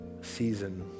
season